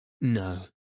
No